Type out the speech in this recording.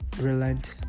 relent